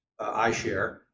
iShare